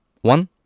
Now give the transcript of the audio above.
One